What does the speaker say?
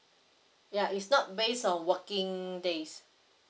ya it's not based on working days